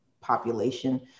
population